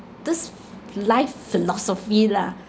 this life philosophy lah